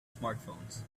smartphones